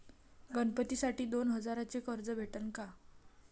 गणपतीसाठी दोन हजाराचे कर्ज भेटन का?